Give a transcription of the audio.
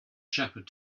shepherd